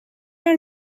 are